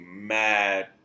mad